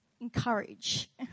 encourage